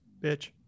bitch